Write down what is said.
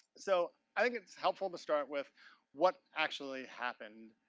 so, i think it's helpful to start with what actually happened.